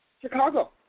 Chicago